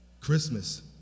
Christmas